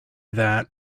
that